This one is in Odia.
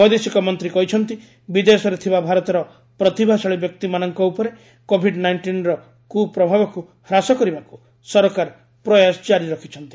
ବୈଦେଶିକ ମନ୍ତ୍ରୀ କହିଛନ୍ତି ବିଦେଶରେ ଥିବା ଭାରତର ପ୍ରତିଭାଶାଳୀ ବ୍ୟକ୍ତିମାନଙ୍କ ଉପରେ କୋଭିଡ୍ ନାଇଷ୍ଟିନ୍ର କୁପ୍ରଭାବକୁ ହ୍ରାସ କରିବାକୁ ସରକାର ପ୍ରୟାସ ଜାରି ରଖିଛନ୍ତି